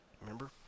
remember